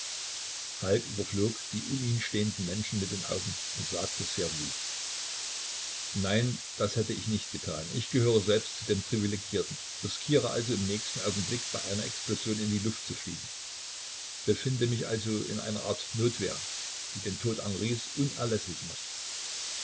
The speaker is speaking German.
falk überflog die um ihn stehenden menschen mit den augen und sagte sehr ruhig nein das hätte ich nicht getan ich gehöre selbst zu den privilegierten riskiere also im nächsten augenblick bei einer explosion in die luft zu fliegen befinde mich also in einer art notwehr die den tod henrys unerläßlich macht